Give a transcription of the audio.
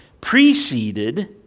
preceded